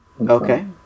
Okay